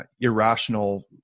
irrational